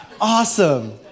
awesome